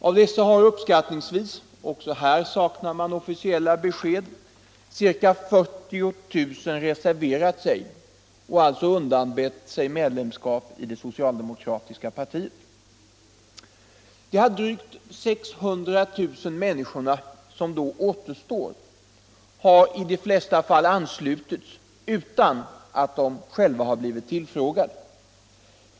Av dessa har uppskattningsvis — också här saknas officiella besked — ca 40 000 reserverat sig och undanbett sig medlemskap i det socialdemokratiska partiet. De drygt 600 000 som då återstår har i de flesta fall anslutits utan att de själva har blivit tillfrågade.